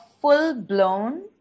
full-blown